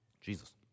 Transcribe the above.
Jesus